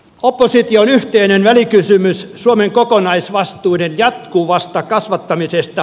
opposition yhteinen välikysymys suomen kokonaisvastuiden ja kuvasta kasvattamisesta